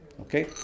Okay